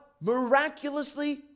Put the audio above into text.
miraculously